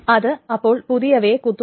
അത് അപ്പോൾ പുതിയവയെ കുത്തുന്നു